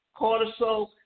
cortisol